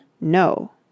No